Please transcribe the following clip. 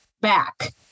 back